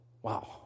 Wow